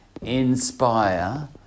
inspire